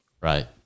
Right